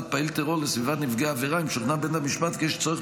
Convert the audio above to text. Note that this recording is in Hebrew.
פעיל טרור לסביבת נפגע עבירה אם שוכנע בית המשפט כי יש צורך